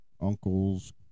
uncles